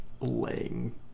laying